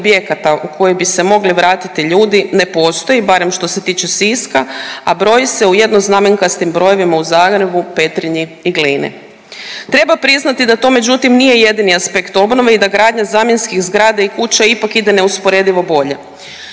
objekata u koje bi se mogli vratiti ljudi ne postoji barem što se tiče Siska, a broji se u jednoznamenkastim brojevima u Zagrebu, Petrinji i Glini. Treba priznati da to međutim nije jedini aspekt obnove i da gradnja zamjenskih zgrada i kuća ipak ide neusporedivo bolje.